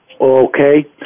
Okay